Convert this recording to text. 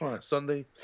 Sunday